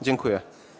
Dziękuję.